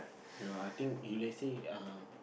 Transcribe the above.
ya I think if let's say uh